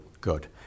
good